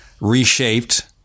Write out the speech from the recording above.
reshaped